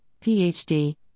Ph.D